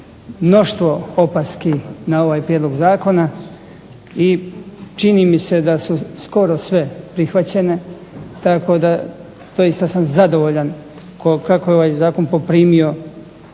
mnoštvo opaski na Prijedlog ovog zakona i čini mi se da su skoro sve prihvaćene tako da doista sam zadovoljan kako je ovaj Zakon poprimio